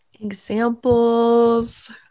examples